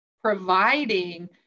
providing